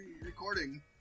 recording